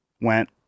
went